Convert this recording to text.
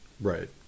right